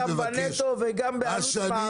גם בנטו וגם בעלות מעביד.